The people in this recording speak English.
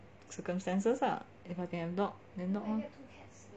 circumstances lah if I can have dog then dog lor